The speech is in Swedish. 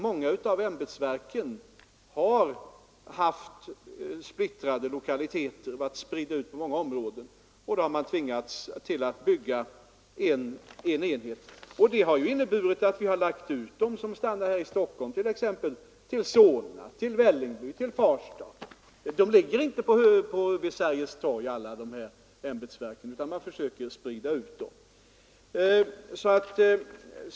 Många av ämbetsverken har haft sina lokaliteter spridda på många områden, och då har man tvingats bygga en enhet. Det har emellertid inneburit att vi har förlagt dem till Solna, till Vällingby, till Farsta. Alla ämbetsverken ligger inte vid Sergels torg utan vi har försökt att sprida ut dem.